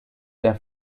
der